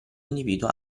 individuo